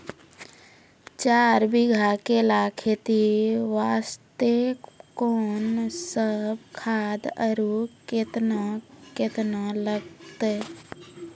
चार बीघा केला खेती वास्ते कोंन सब खाद आरु केतना केतना लगतै?